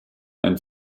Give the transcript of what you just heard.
ein